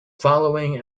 following